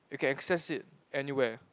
you can access it anywhere